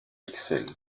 ixelles